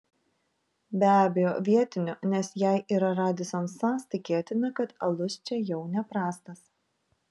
be abejo vietinio nes jei yra radisson sas tikėtina kad alus čia jau neprastas